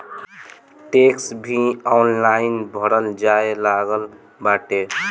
tax भी online भरल जाए लागल बाटे